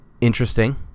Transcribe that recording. interesting